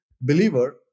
believer